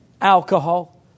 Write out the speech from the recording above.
alcohol